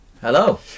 Hello